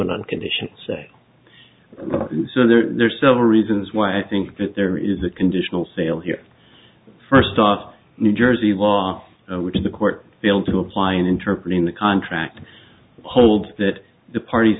an unconditioned say so there are several reasons why i think that there is a conditional sale here first off new jersey law which the court failed to apply and interpret in the contract holds that the parties